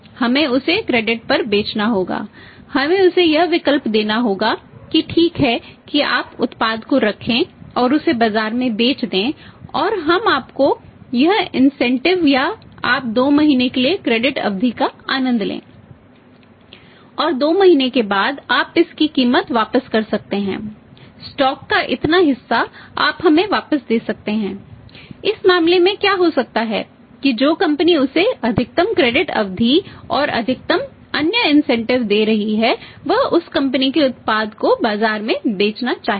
हमें उसे क्रेडिट दे रही है वह उस कंपनी के उत्पाद को बाजार में बेचना चाहेगा